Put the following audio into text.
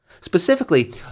Specifically